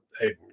hey